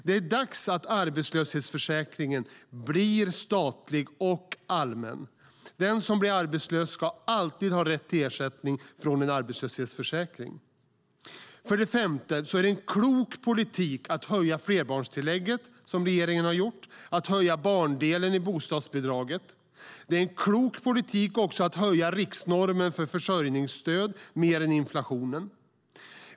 Det är dags att arbetslöshetsförsäkringen blir statlig och allmän. Den som blir arbetslös ska alltid ha rätt till ersättning från en arbetslöshetsförsäkring. För det femte är det en klok politik att höja flerbarnstillägget, vilket regeringen har gjort, och att höja barndelen i bostadsbidraget. Det är också en klok politik att höja riksnormen för försörjningsstöd mer än inflationen.